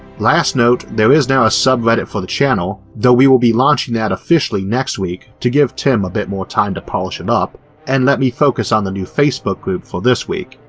last note, there is now a sub-reddit for the channel though we will be launching that officially next week to give tim a bit more time to polish it up and let me focus on the new facebook group this week,